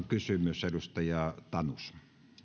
kysymys edustaja tanus